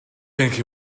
think